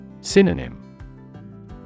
Synonym